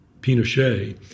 Pinochet